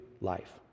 life